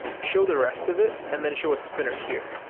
show the rest of it and then show a spinner here,